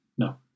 no